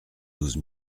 douze